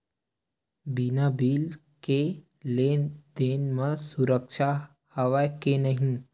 बिना बिल के लेन देन म सुरक्षा हवय के नहीं?